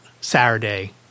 Saturday